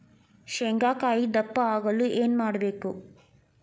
ಶೇಂಗಾಕಾಯಿ ದಪ್ಪ ಆಗಲು ಏನು ಮಾಡಬೇಕು?